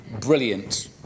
Brilliant